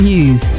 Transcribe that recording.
News